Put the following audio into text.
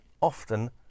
often